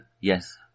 Yes